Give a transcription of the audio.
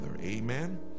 amen